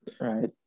right